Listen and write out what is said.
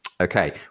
Okay